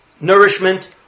nourishment